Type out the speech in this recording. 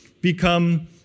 become